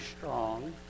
strong